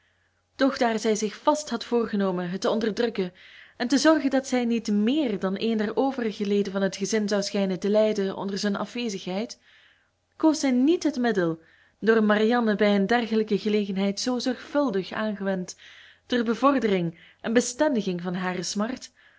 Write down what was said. doch daar zij zich vast had voorgenomen het te onderdrukken en te zorgen dat zij niet méér dan een der overige leden van het gezin zou schijnen te lijden onder zijn afwezigheid koos zij niet het middel door marianne bij een dergelijke gelegenheid zoo zorgvuldig aangewend ter bevordering en bestendiging van hare smart